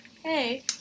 Hey